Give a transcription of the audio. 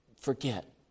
forget